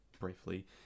briefly